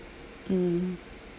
um